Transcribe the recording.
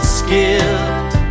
skipped